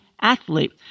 athlete